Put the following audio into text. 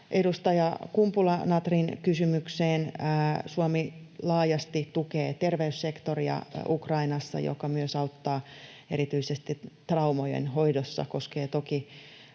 Edustaja Kumpula-Natrin kysymykseen: Suomi laajasti tukee Ukrainassa terveyssektoria, joka auttaa myös erityisesti traumojen hoidossa. Tämä koskee toki